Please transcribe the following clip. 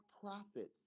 profits